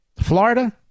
Florida